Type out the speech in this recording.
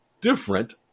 different